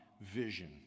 vision